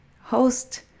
host